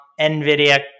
NVIDIA